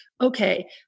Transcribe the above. okay